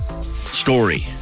story